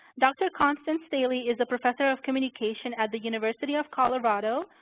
dr. constance staley is a professor of communication at the university of colorado,